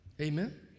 Amen